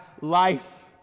life